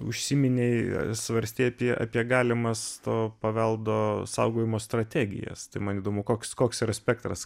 užsiminei svarstei apie apie galimas to paveldo saugojimo strategijas tai man įdomu koks koks yra spektras